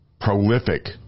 prolific